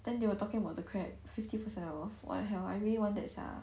then they were talking about the crab fifty percent off what the hell I really want that sia